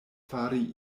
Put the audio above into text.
fari